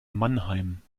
mannheim